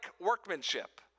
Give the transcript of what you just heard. workmanship